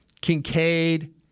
Kincaid